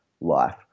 life